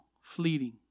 fleeting